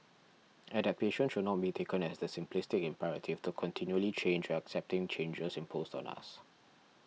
adaptation should not be taken as the simplistic imperative to continually change or accepting changes imposed on us